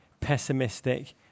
pessimistic